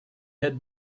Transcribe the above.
had